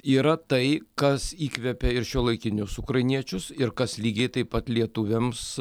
yra tai kas įkvepia ir šiuolaikinius ukrainiečius ir kas lygiai taip pat lietuviams